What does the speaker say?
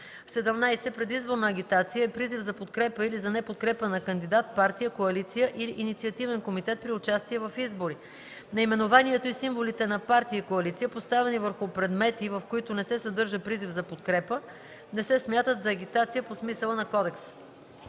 17. „Предизборна агитация” е призив за подкрепа или за неподкрепа на кандидат, партия, коалиция или инициативен комитет при участие в избори. Наименованието и символите на партия и коалиция, поставени върху предмети, в които не се съдържа призив за подкрепа, не се смятат за агитация по смисъла на кодекса.